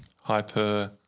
Hyper